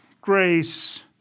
grace